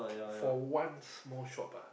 for one small shop ah